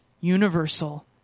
universal